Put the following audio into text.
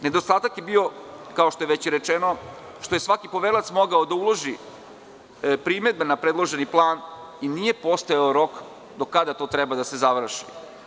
Nedostatak je bio, kao što je već rečeno, što je svaki poverilac mogao da uloži primedbe na predloženi plan i nije postojao rok do kada to treba da se završi.